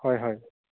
হয় হয়